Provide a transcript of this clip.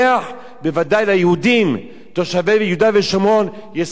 בוודאי ליהודים תושבי יהודה ושומרון יש זכות לפתח.